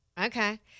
Okay